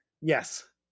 Yes